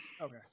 Okay